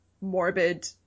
morbid